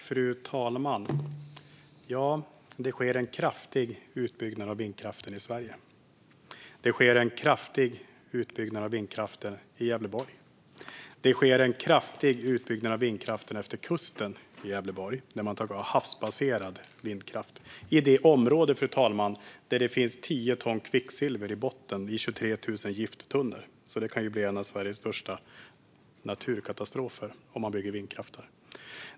Fru talman! Det sker en kraftig utbyggnad av vindkraften i Sverige. Det sker en kraftig utbyggnad av vindkraften i Gävleborg. Det sker en kraftig utbyggnad av vindkraften utefter kusten i Gävleborg - havsbaserad vindkraft - i det område där det finns 10 ton kvicksilver på botten i 23 000 gifttunnor. Det kan bli en av Sveriges största naturkatastrofer om man bygger vindkraft där.